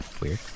Weird